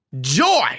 joy